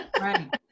Right